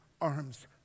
arms